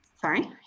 Sorry